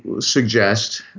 suggest